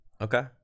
Okay